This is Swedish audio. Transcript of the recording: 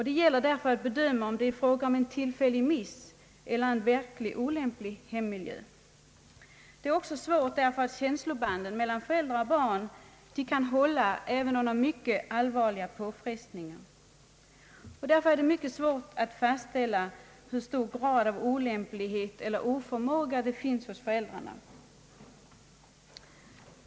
Det gäller därför att bedöma om det är fråga om en tillfällig »miss» eller en verkligt olämplig hemmiljö. Det är också svårt att utreda sådana här fall därför att känslobanden mellan föräldrar och barn kan hålla även under mycket allvarliga påfrestningar. Då är det mycket svårt att fastställa hur stor grad av olämplighet eller oförmåga det finns hos föräldrarna.